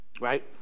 Right